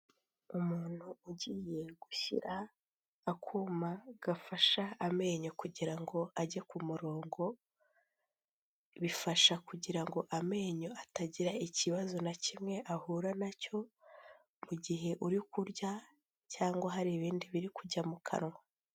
Umuntu ugiye gushyira akuma gafasha amenyo kugira ngo ajye ku murongo, bifasha kugira ngo amenyo atagira ikibazo na kimwe ahura nacyo, mu gihe uri kurya cyangwa hari ibindi biri kujya mu kanwa.